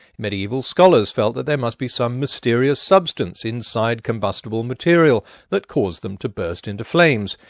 medieval scholars felt that there must be some mysterious substance inside combustible material that caused them to burst into flames.